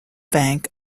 bank